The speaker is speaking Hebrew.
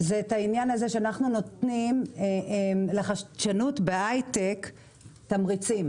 את העניין הזה שאנחנו נותנים לחדשנות בהייטק תמריצים.